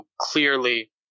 clearly